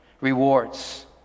Rewards